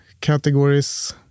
categories